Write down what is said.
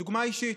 דוגמה אישית.